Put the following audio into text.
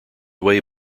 way